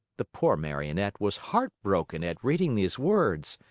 the poor marionette was heartbroken at reading these words.